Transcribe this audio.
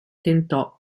tentò